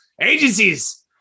agencies